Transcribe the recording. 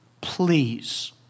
please